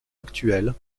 actuels